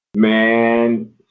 Man